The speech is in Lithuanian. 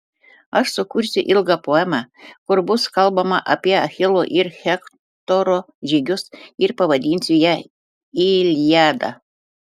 aš sukursiu ilgą poemą kur bus kalbama apie achilo ir hektoro žygius ir pavadinsiu ją iliada